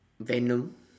venom